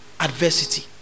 adversity